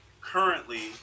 currently